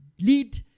lead